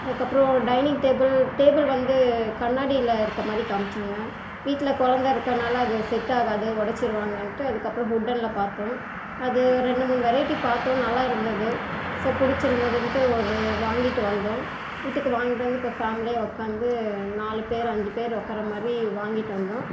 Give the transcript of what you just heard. அதுக்கு அப்புறம் dining table table வந்து கண்ணாடியில் இருக்கிற மாதிரி காமிசாங்க வீட்டில் குழந்த இருக்கிறனால அது செட் ஆகாது உடச்சிருவாங்கனுட்டு அதுக்கு அப்புறம் வுட்டனில் பார்த்தோம் அது ரெண்டு மூணு வெரைட்டி பார்த்தோம் நல்லா இருந்தது ஸோ பிடிச்சிருந்ததுன்ட்டு ஒரு வாங்கிவிட்டு வந்தோம் வீட்டுக்கு வாங்கிட்டு வந்து இப்போ ஃபேமிலியாக உக்காந்து நாலு பேர் அஞ்சு பேர் உக்கார மாதிரி வாங்கிவிட்டு வந்தோம்